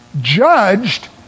judged